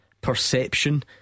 perception